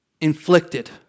inflicted